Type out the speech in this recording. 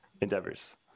Endeavors